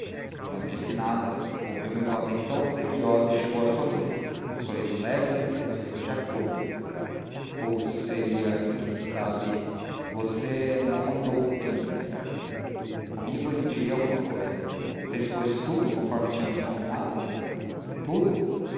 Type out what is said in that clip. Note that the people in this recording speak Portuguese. não disse nada ouviu-me com atenção obsequiosa e chegou a sorrir um sorriso leve um sorriso de acordo ou seria quem sabe você não andou bem decerto comigo ele diria alguma cousa você expôs tudo conforme tínhamos combinado tudo